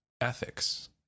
ethics